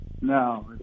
No